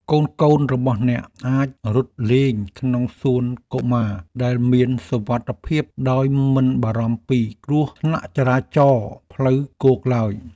កូនៗរបស់អ្នកអាចរត់លេងក្នុងសួនកុមារដែលមានសុវត្ថិភាពដោយមិនបារម្ភពីគ្រោះថ្នាក់ចរាចរណ៍ផ្លូវគោកឡើយ។